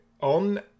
on